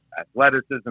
athleticism